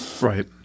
Right